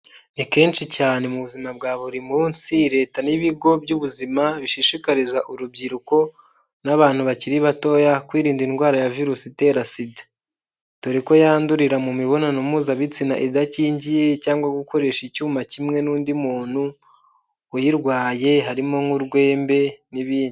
Ni kenshi cyane mu buzima bwa buri munsi leta n'ibigo by'ubuzima bishishikariza urubyiruko n'abantu bakiri batoya kwirinda indwara ya virusi itera sida, dore ko yandurira mu mibonano mpuzabitsina idakingiye cyangwa gukoresha icyuma kimwe n'undi muntu uyirwaye, harimo nk'urwembe n'ibindi.